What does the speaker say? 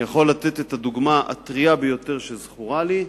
אני יכול לתת את הדוגמה הטרייה ביותר שזכורה לי,